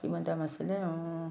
কিমান দাম আছিলে